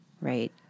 Right